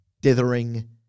dithering